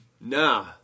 Nah